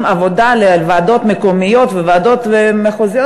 עבודה על ועדות מקומיות וועדות מחוזיות,